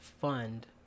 fund